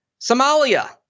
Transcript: Somalia